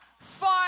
fight